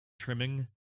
trimming